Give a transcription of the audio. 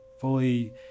fully